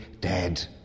dead